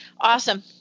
Awesome